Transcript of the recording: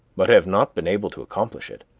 but have not been able to accomplish it,